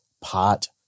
pot